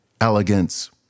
elegance